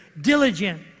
Diligent